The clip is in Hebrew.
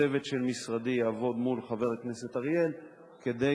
צוות של משרדי יעבוד עם חבר הכנסת אריאל כדי